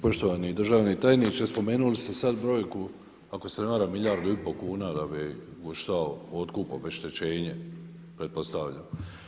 Poštovani državni tajniče, spomenuli ste sad brojku, ako se valjam milijardu i pol kuna da bi koštao otkup, obeštećenje pretpostavljam.